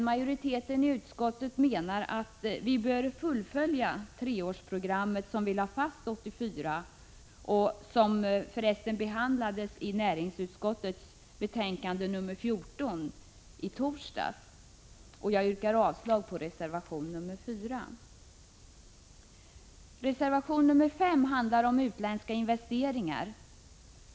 Majoriteten i utskottet menar att vi bör fullfölja treårsprogrammet, som vi lade fast 1984 och som för resten behandlats i näringsutskottets betänkande 14, som vi debatterade i torsdags. Jag yrkar avslag på reservation 4. Reservation 5 handlar om utländska investeringar.